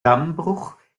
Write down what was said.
dammbruch